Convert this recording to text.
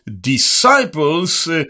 disciples